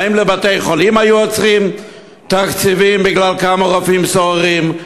האם לבתי-חולים היו עוצרים תקציבים בגלל כמה רופאים סוררים?